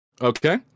Okay